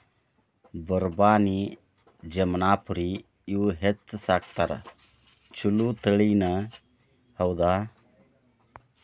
ಬರಬಾನಿ, ಜಮನಾಪುರಿ ಇವ ಹೆಚ್ಚ ಸಾಕತಾರ ಚುಲೊ ತಳಿನಿ ಹೌದ